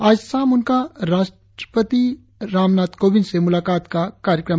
आज शाम उनका राष्ट्रपति रामनाथ कोविंद से मुलाकात का कार्यक्रम है